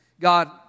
God